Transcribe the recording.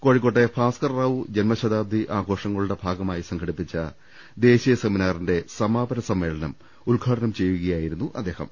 കോഴിക്കോട്ടെ ഭാസ്കർ റാവു ജന്മശ താബ്ദി ആഘോഷങ്ങളുടെ ഭാഗമായി സംഘടിപ്പിച്ച ദേശീയസെമിനാറിന്റെ സമാപന സമ്മേളനം ഉദ്ഘാടനം ചെയ്യുകയായിരുന്നു അദ്ദേഹം